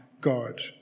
God